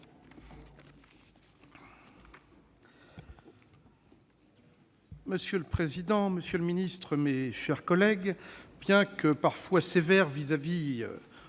Monsieur le président, monsieur le ministre, mes chers collègues, bien que parfois sévères vis-à-vis